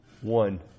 One